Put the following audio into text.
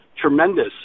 tremendous